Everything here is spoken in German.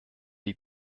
die